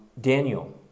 Daniel